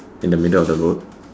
in the middle of the road